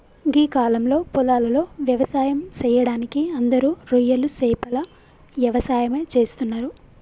గీ కాలంలో పొలాలలో వ్యవసాయం సెయ్యడానికి అందరూ రొయ్యలు సేపల యవసాయమే చేస్తున్నరు